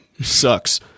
sucks